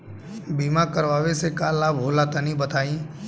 बीमा करावे से का लाभ होला तनि बताई?